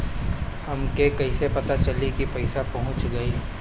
हमके कईसे पता चली कि पैसा पहुच गेल?